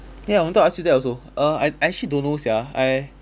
ya I wanted to ask you that also err I I actually don't know sia I